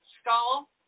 skull